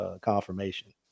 confirmation